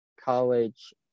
college